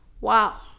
wow